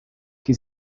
que